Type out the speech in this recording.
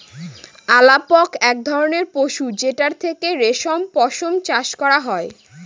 আলাপক এক ধরনের পশু যেটার থেকে রেশম পশম চাষ করা হয়